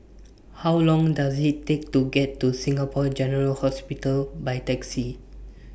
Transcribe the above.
How Long Does IT Take to get to Singapore General Hospital By Taxi